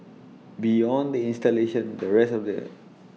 beyond the installation the rest of the